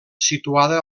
situada